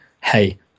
hey